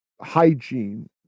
hygiene